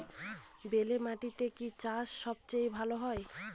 বেলে মাটিতে কি চাষ সবচেয়ে ভালো হয়?